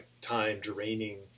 time-draining